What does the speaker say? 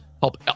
help